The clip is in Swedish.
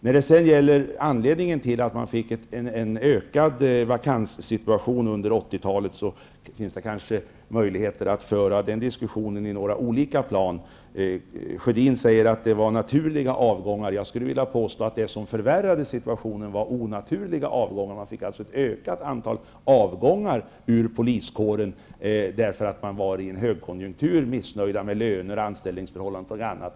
När det gäller den situation med ökade vakanser som uppstod under 80-talet, finns det kanske möjligheter att föra den diskussionen på olika plan. Karl Gustaf Sjödin säger att det var fråga om naturliga avgångar. Jag skulle vilja påstå att det som förvärrade situationen var onaturliga avgångar. Det skedde ett ökat antal avgångar från poliskåren därför att det då var högkonjunktur, vilket innebar att många var missnöjda med löner, anställningsförhållanden och annat.